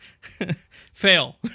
fail